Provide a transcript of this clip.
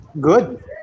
good